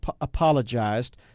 apologized